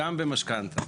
גם במשכנתא.